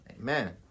Amen